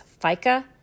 FICA